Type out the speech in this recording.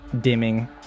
dimming